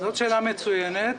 זאת שאלה מצוינת.